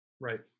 Right